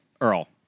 Earl